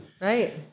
Right